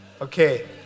Okay